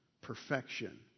Perfection